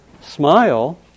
smile